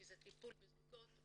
כי זה טיפול בזוגות,